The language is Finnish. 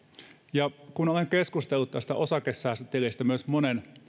kun olen keskustelut tästä osakesäästötilistä myös monien